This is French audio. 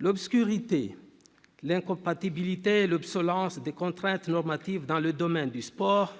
L'obscurité, l'incompatibilité, l'obsolescence des contraintes normatives dans le domaine du sport,